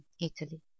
Italy